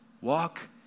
walk